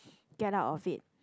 get out of it